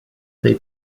they